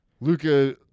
Luca